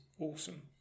awesome